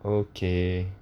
okay